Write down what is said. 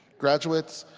graduates,